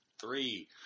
three